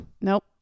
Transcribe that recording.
Nope